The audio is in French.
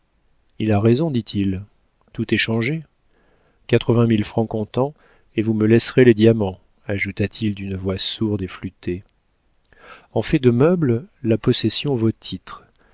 il a raison dit-il tout est changé quatre-vingt mille francs comptant et vous me laisserez les diamants ajouta-t-il d'une voix sourde et flûtée en fait de meubles la possession vaut titre